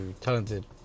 talented